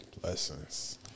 Blessings